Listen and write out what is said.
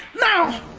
Now